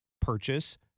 Purchase